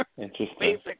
Interesting